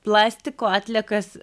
plastiko atliekas